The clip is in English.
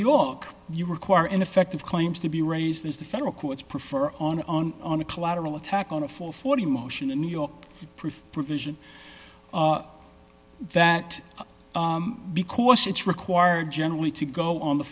york you require an effect of claims to be raised as the federal courts prefer on on on a collateral attack on a full forty motion in new york proof provision that because it's required generally to go on the